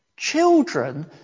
Children